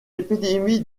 épidémie